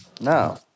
No